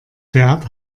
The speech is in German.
fährt